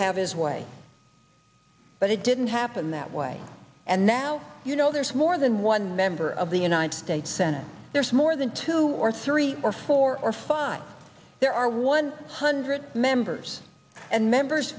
have his way but it didn't happen that way and now you know there's more than one member of the united states senate there's more than two or three or four or five there are one hundred members and members